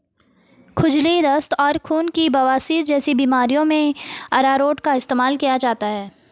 खुजली, दस्त और खूनी बवासीर जैसी बीमारियों में अरारोट का इस्तेमाल किया जाता है